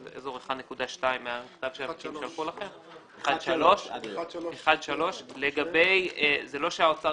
באזור ה-1.2 או 1.3. 1.3. זה לא שהאוצר